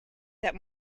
that